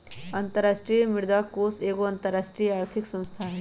अंतरराष्ट्रीय मुद्रा कोष एगो अंतरराष्ट्रीय आर्थिक संस्था हइ